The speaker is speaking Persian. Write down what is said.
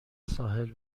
ساحل